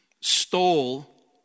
stole